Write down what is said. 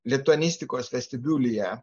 lituanistikos vestibiulyje